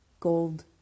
gold